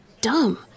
dumb